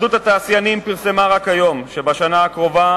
התאחדות התעשיינים פרסמה רק היום שבשנה הקרובה